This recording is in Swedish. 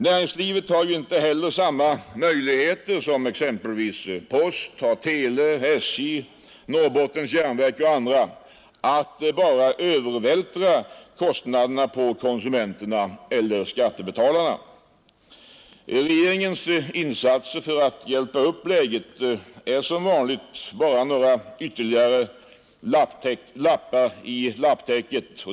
Näringslivet har ju inte heller samma möjligheter som exempelvis post, tele, SJ, Norrbottens järnverk och andra verksamheter att bara övervältra kostnaderna på konsumenterna eller skattebetalarna. Regeringens insatser för att hjälpa upp läget är som vanligt bara några ytterligare lappar i lapptäcket.